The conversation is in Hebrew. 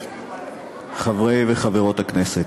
חברי וחברות הכנסת,